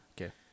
Okay